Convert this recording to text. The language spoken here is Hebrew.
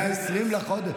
ידידי.